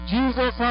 Jesus